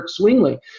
Swingley